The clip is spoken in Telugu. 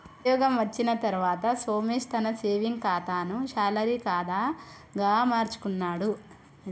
ఉద్యోగం వచ్చిన తర్వాత సోమేశ్ తన సేవింగ్స్ కాతాను శాలరీ కాదా గా మార్చుకున్నాడు